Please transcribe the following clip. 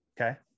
okay